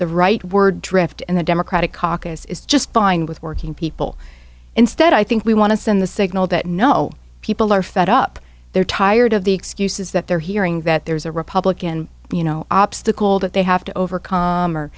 the right word drift and the democratic caucus is just fine with working people instead i think we want to send the signal that no people are fed up they're tired of the excuses that they're hearing that there's a republican you know obstacle that they have to overcome or